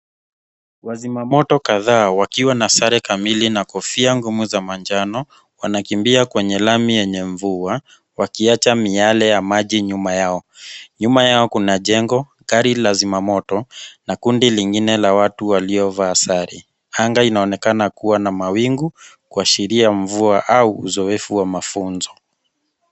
Wazima moto kadhaa wakiwa na sare kamili na kofia ngumu za manjano wanakimbia kwenye lami yenye mvua, wakiacha miale ya maji nyuma yao. Nyuma yao kuna jengo, gari la zima moto na kundi lingine la watu waliovaa sare. Anga inaonekana kuwa na mawingu kuashiria mvua au uzoefu wa mafunzo.